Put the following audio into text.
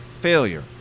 failure